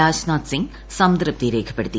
രാജ്നാഥ് സിങ് സംതൃപ്തി രേഖപ്പെടുത്തി